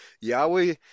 Yahweh